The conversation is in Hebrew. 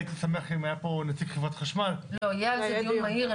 הייתי שמח אם היה פה נציג חברת חשמל --- יהיה לזה דיון מהיר,